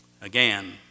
Again